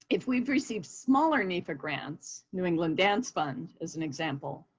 if we've received smaller nefa grants, new england dance fund as an example,